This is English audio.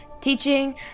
teaching